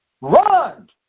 run